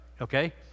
Okay